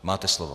Máte slovo.